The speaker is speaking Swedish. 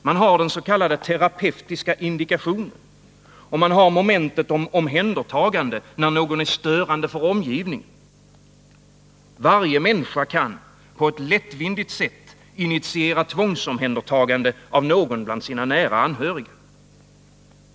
Man har den s.k. terapeutiska indikationen, och man har momentet om omhändertagande, när någon är störande för omgivningen. Varje människa kan på ett lättvindigt sätt initiera tvångsomhändertagande av någon bland sina nära anhöriga.